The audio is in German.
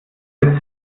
wir